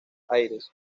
aires